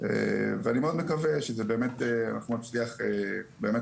ואני מאוד מקווה שאנחנו נצליח באמת